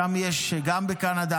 שם יש גם בקנדה,